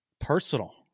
personal